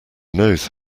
knows